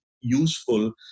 useful